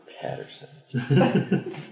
Patterson